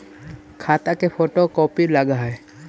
खाता के photo copy लगहै?